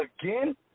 again